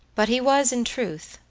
but he was, in truth,